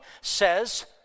says